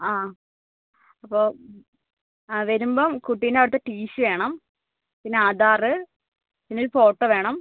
ആ അപ്പം ആ വരുമ്പം കുട്ടീൻ്റ അവിടുത്തെ ടി സി വേണം പിന്നെ ആധാർ പിന്നെ ഒരു ഫോട്ടോ വേണം